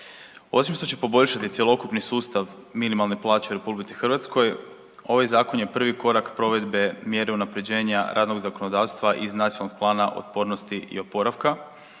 Osim što će poboljšati cjelokupni sustav minimalne plaće u RH, ovaj Zakon je prvi korak provedbe mjere unaprjeđenja radnog zakonodavstva iz Nacionalnog plana otpornosti i oporavka